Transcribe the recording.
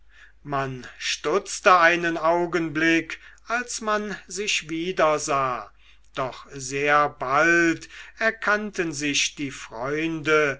man stutzte einen augenblick als man sich wiedersah doch sehr bald erkannten sich die freunde